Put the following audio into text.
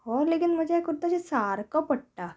हो लेगीन म्हजे हे कुरताचेर सारको पडटा